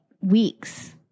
weeks